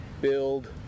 build